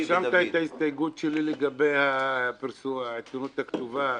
רשמת את ההסתייגות שלי לגבי העיתונות הכתובה?